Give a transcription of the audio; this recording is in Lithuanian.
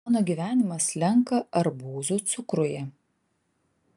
mano gyvenimas slenka arbūzų cukruje